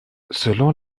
selon